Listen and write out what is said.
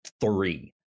three